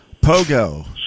pogo